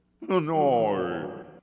No